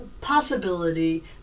possibility